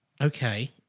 Okay